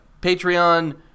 Patreon